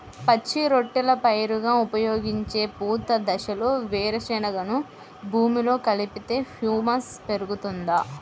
పచ్చి రొట్టెల పైరుగా ఉపయోగించే పూత దశలో వేరుశెనగను భూమిలో కలిపితే హ్యూమస్ పెరుగుతుందా?